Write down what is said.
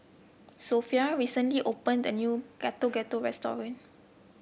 Sophronia recently opened a new Getuk Getuk restaurant